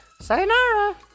Sayonara